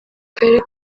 karere